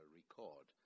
record